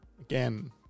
Again